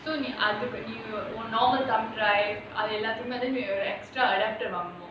so நீ அது வந்து:nee athu vanthu normal thumbdrive அது எல்லாத்துக்குமே வந்து:athu ellathukumae vanthu extra adapter வாங்கணும்:vaanganum